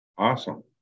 Awesome